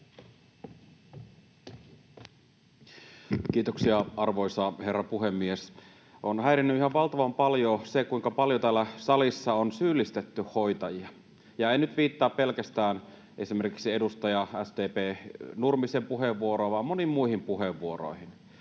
Kiitoksia, arvoisa herra puhemies! On häirinnyt ihan valtavan paljon se, kuinka paljon täällä salissa on syyllistetty hoitajia, ja en nyt viittaa pelkästään esimerkiksi SDP:n edustaja Nurmisen puheenvuoroon vaan moniin muihin puheenvuoroihin.